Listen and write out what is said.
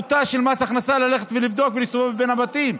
סמכותו של מס הכנסה ללכת לבדוק ולהסתובב בין הבתים.